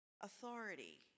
authority